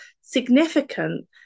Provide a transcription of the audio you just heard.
significant